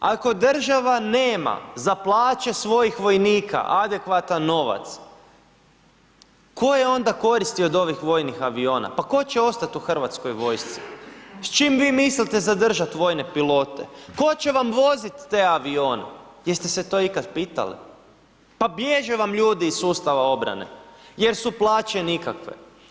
Ako država nema za plaće svojih vojnika adekvatan novac, koje onda koristi od ovih vojnih aviona, pa tko će ostat u Hrvatskoj vojsci, s čim vi mislite zadržat vojne pilote, tko će vam vozit te avione, jeste se to ikad pitali, pa bježe vam ljudi iz sustava obrane jer su plaće nikakve.